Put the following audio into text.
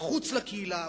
מחוץ לקהילה,